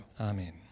Amen